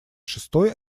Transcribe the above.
шестой